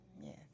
Yes